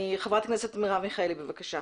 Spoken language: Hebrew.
חברת הכנסת מרב מיכאלי בבקשה.